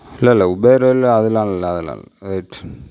இல்லல்லை உபெர்தில் அதெலாம் இல்லை அதெலாம் இல்லை ரைட் ஒகே தேங்க்ஸ்